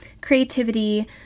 creativity